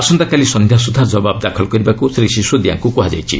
ଆସନ୍ତାକାଲି ସନ୍ଧ୍ୟା ସୁଦ୍ଧା ଜବାବ ଦାଖଲ କରିବାକୁ ଶ୍ରୀ ସିସୋଦିଆଙ୍କୁ କୁହାଯାଇଛି